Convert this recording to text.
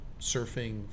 surfing